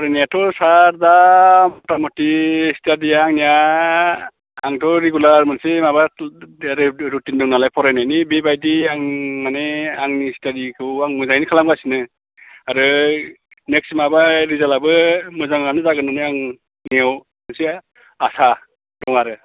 फरायनायाथ' सार दा मथा मथि स्टाडिया आंनिया आंथ' रेगुलार मोनसे माबा रुटिन दं नालाय फरायनायनि बेबादि आं माने आंनि स्टाडिखौ आं मोजाङैनो खालामगासिनो आरो नेक्स्ट माबा रिजाल्टाबो मोजांआनो जागोन होन्नानै आंनियाव मोनसे आसा दं आरो